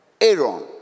Aaron